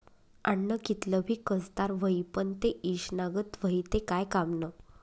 आन्न कितलं भी कसदार व्हयी, पन ते ईषना गत व्हयी ते काय कामनं